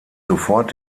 sofort